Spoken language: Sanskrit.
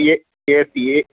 ये ए सि ये